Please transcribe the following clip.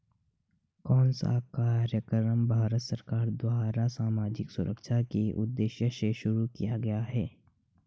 कौन सा कार्यक्रम भारत सरकार द्वारा सामाजिक सुरक्षा के उद्देश्य से शुरू किया गया है?